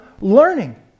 learning